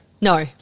No